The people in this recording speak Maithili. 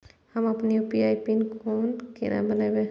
हम अपन यू.पी.आई पिन केना बनैब?